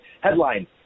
Headline